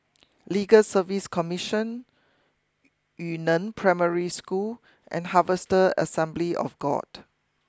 Legal Service Commission Yu Neng Primary School and Harvester Assembly of God